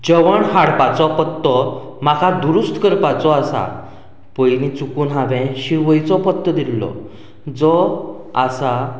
जेवण हाडपाचो पत्तो म्हाका दुरुस्त करपाचो आसा पयली चुकून हांवें शिवयचो पत्तो दिल्लो जो आसा